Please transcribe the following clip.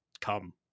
come